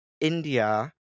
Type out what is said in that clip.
india